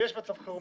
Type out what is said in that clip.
יש מצב חירום